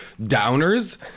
downers